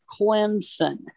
Clemson